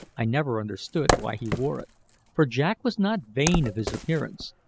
i never understood why he wore it for jack was not vain of his appearance,